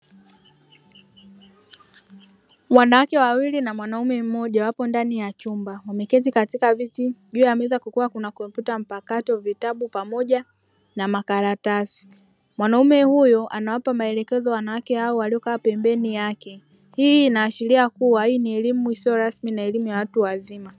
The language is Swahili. Wanawake wawili na mwanaume mmoja wapo ndani ya chumba, wameketi katika viti juu ya meza kukiwa kuna kompyuta mpakato, vitabu pamoja na makaratasi. Mwanaume huyo anawapa maelekezo hayo wanawake hao waliokaa pembeni yake, hii inaashiria kuwa hii ni elimu isiyo rasmi na elimu ya watu wazima.